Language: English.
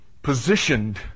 positioned